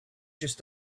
just